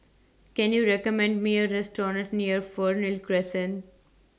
Can YOU recommend Me A Restaurant near Fernhill Crescent